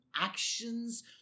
actions